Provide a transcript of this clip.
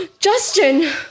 Justin